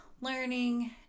learning